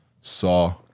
saw